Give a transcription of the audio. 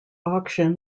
auction